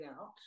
out